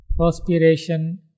perspiration